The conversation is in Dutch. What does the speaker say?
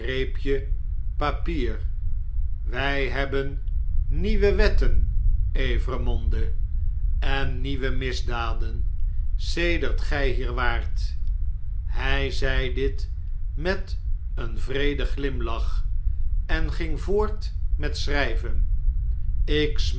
jaren wij hebben nieuwe wetten evremonde en nieuwe misdaden sedert gij hier waart hij zei dit met een wreeden glimlach en ging voor't met schrijven